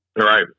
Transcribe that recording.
Right